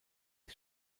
des